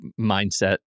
mindset